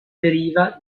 deriva